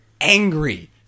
angry